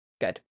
Good